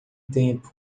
tempo